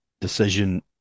decision